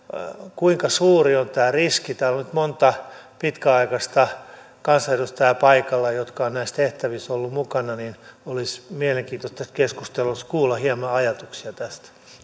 kuinka suuri on tämä riski täällä on nyt monta pitkäaikaista kansanedustajaa paikalla jotka ovat näissä tehtävissä olleet mukana ja olisi mielenkiintoista tässä keskustelussa kuulla hieman ajatuksia tästä